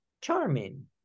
charming